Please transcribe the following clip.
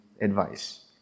advice